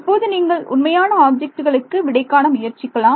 இப்போது நீங்கள் உண்மையான ஆப்ஜெக்ட்டுகளுக்கு விடை காண முயற்சிக்கலாம்